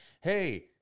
Hey